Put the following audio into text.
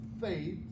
faith